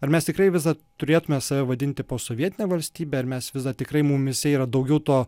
ar mes tikrai vis dar turėtume save vadinti posovietine valstybe ar mes visa dar tikrai mumyse yra daugiau to